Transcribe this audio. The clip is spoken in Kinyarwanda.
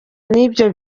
n’ibyo